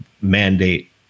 mandate